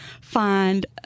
find